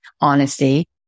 honesty